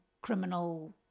criminal